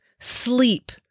sleep